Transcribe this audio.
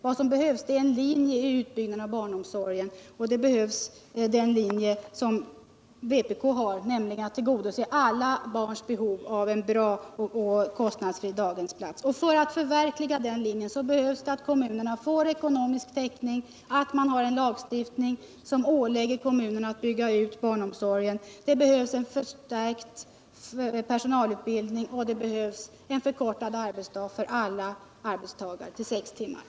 Vad som behövs är en linje i utbyggnaden av barnomsorgen, och det är den linje som vpk har, nämligen att tillgodose alla barns behov av en bra och kostnadsfri daghemsplats. För att vi skall nå det målet måste kommunerna få ekonomisk täckning. Det behövs också en lagstiftning som ålägger kommunerna att bygga ut barnomsorgen, det behövs en förstärkt personalutbildning och det behövs en till sex timmar förkortad arbetsdag för alla arbetstagare.